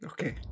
Okay